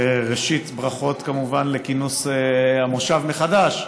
ראשית, ברכות כמובן על כינוס המושב מחדש,